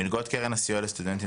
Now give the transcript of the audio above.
מלגות קרן הסיוע לסטודנטים,